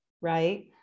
right